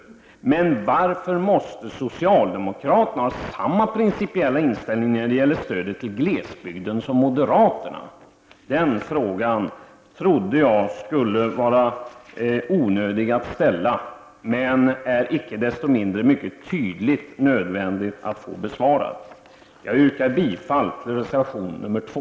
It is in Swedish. Men varför måste socialdemokraterna ha samma principiella inställning i fråga om stödet till glesbygden som moderaterna? Den frågan trodde jag skulle vara onödig att ställa, men den är icke desto mindre mycket tydligt nödvändig att få besvarad. Jag yrkar bifall till reservation nr 2.